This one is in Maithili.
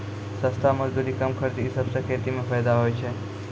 सस्ता मजदूरी, कम खर्च ई सबसें खेती म फैदा होय छै